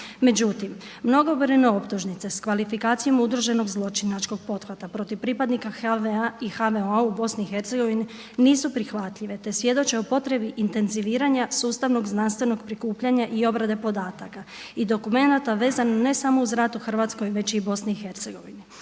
Međutim, mnogobrojne optužnice s kvalifikacijom udruženog zločinačkog pothvata protiv pripadnika HV-a i HVO-a u Bosni i Hercegovini nisu prihvatljive, te svjedoče o potrebi intenziviranja sustavnog znanstvenog prikupljanja i obrade podataka i dokumenata vezano ne samo uz rat u Hrvatskoj već i u